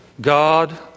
God